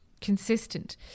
consistent